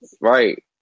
Right